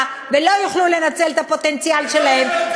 ולא יוכלו לנצל את הפוטנציאל שלהם,